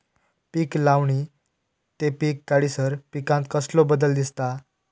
पीक लावणी ते पीक काढीसर पिकांत कसलो बदल दिसता?